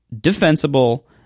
defensible